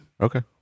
Okay